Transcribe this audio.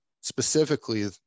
specifically